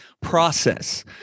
process